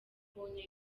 mbonye